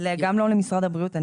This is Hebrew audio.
גם לא למשרד הבריאות.